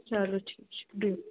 چلو ٹھیٖک چھُ بِہِو